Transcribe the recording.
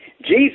Jesus